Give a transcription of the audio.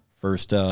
First